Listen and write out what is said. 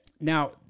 Now